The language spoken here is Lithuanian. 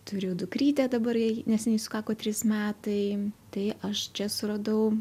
turiu dukrytę dabar jai neseniai sukako trys metai tai aš čia suradau